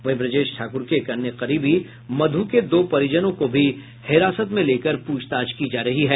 वहीं ब्रजेश ठाकुर के एक अन्य करीबी मधु के दो परिजनों को भी हिरासत में लेकर पूछताछ की जा रही है